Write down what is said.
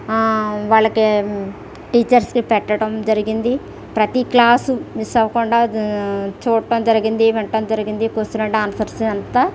వాళ్ళకి టీచర్స్కి పెట్టడం జరిగింది ప్రతీ క్లాస్ మిస్ అవకుండా చూడటం జరిగింది వినడం జరిగింది క్వశ్చన్ అండ్ ఆన్సర్స్ అంతా